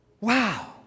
wow